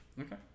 Okay